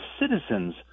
citizens